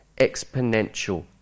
exponential